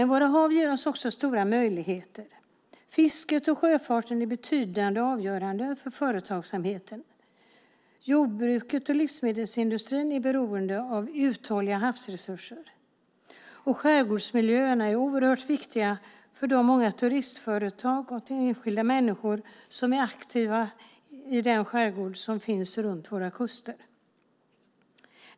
Våra hav ger oss också stora möjligheter. Fisket och sjöfarten är betydande och avgörande för företagsamheten. Jordbruket och livsmedelsindustrin är beroende av uthålliga havsresurser, och skärgårdsmiljöerna är oerhört viktiga för de många turistföretag och enskilda människor som är aktiva i den skärgård som finns runt våra kuster.